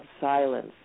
silence